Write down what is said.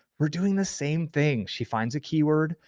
we're doing the same thing. she finds a keyword,